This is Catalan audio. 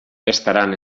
estaran